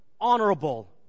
honorable